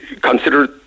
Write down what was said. consider